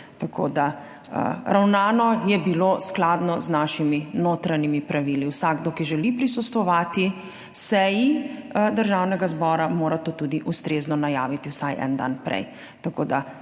Tako da, ravnano je bilo skladno z našimi notranjimi pravili. Vsakdo, ki želi prisostvovati seji Državnega zbora, mora to tudi ustrezno najaviti vsaj en dan prej.